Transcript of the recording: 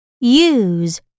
use